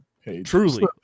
Truly